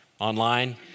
online